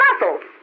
muscles